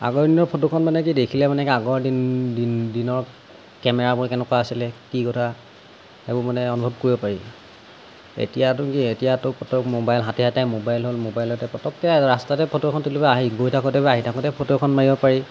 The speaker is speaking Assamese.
আগৰ দিনৰ ফটোখন মানে কি দেখিলে মানে আগৰ দিন দিনৰ কেমেৰাবোৰ কেনেকুৱা আছিলে কি কথা এইবোৰ মানে অনুভৱ কৰিব পাৰি এতিয়াতো কি এতিয়াতো ফটোবোৰ মোবাইল হাতে হাতে মোবাইল হ'ল মোবাইলতে পটককৈ ৰাস্তাতে ফটো এখন তুলিব আহি গৈ থাকোতে বা আহি থাকোতে ফটো এখন মাৰিব পাৰি